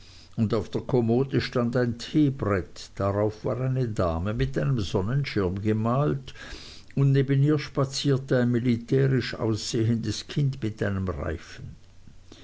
und auf der kommode stand ein teebrett darauf war eine dame mit einem sonnenschirm gemalt und neben ihr spazierte ein militärisch aussehendes kind mit einem reifen